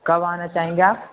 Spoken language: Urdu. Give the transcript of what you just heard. کب آنا چاہیں گے آپ